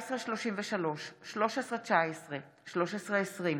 29 בדצמבר